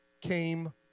came